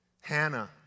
Hannah